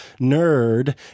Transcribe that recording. nerd